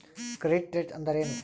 Credit rate ಅಂದರೆ ಏನು?